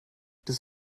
des